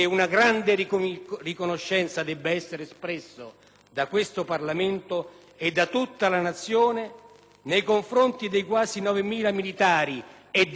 nei confronti dei quasi 9.000 militari e dei civili che, correndo continuamente gravi rischi per la propria incolumità, continueranno,